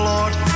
Lord